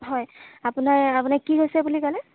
হয় আপোনাৰ আপোনাৰ কি হৈছে বুলি ক'লে